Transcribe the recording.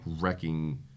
wrecking